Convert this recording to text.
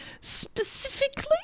Specifically